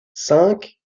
cinq